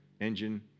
engine